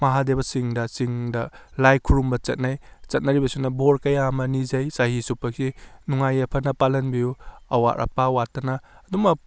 ꯃꯍꯥꯗꯦꯕ ꯆꯤꯡꯗ ꯆꯤꯡꯗ ꯂꯥꯏ ꯈꯨꯔꯨꯝꯕ ꯆꯠꯅꯩ ꯆꯠꯅꯔꯤꯕꯁꯤꯅ ꯕꯣꯔ ꯀꯌꯥ ꯑꯃ ꯅꯤꯖꯩ ꯆꯍꯤ ꯆꯨꯞꯄꯒꯤ ꯅꯨꯡꯉꯥꯏ ꯌꯥꯏꯐꯅ ꯄꯥꯜꯍꯟꯕꯤꯌꯨ ꯑꯋꯥꯠ ꯑꯄꯥ ꯋꯥꯠꯇꯅ ꯑꯗꯨꯝꯕ